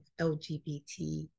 LGBT